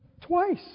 twice